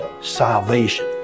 salvation